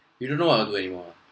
you don't know what to do anymore lah